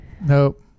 Nope